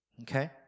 Okay